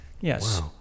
Yes